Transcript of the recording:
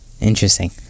Interesting